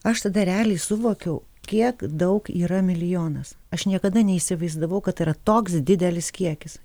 aš tada realiai suvokiau kiek daug yra milijonas aš niekada neįsivaizdavau kad tai yra toks didelis kiekis